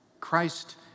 Christ